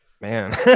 man